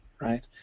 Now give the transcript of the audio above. right